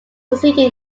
succeeded